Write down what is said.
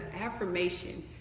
affirmation